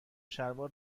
شلوار